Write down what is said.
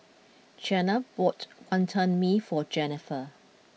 Chyna bought Wantan Mee for Jenifer